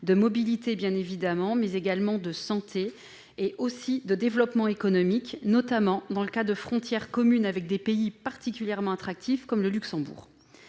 de mobilité, bien évidemment, mais également de santé et aussi de développement économique, en particulier dans le cas de frontières communes avec des pays particulièrement attractifs, comme le Luxembourg.